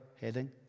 heading